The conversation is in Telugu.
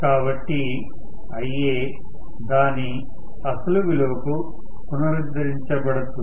కాబట్టి Ia దాని అసలు విలువకు పునరుద్ధరించబడుతుంది